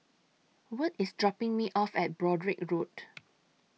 Wirt IS dropping Me off At Broadrick Road